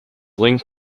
linked